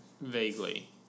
Vaguely